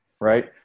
right